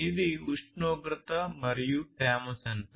ఇది ఉష్ణోగ్రత మరియు తేమ సెన్సార్